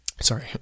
sorry